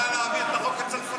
הוא רצה להעביר את החוק הצרפתי,